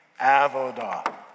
avodah